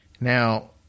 Now